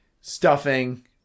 stuffing